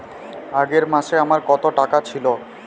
আগের মাসে আমার কত টাকা ছিল?